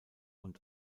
und